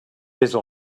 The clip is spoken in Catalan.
pesa